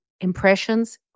impressions